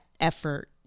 effort